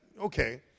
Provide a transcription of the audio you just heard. Okay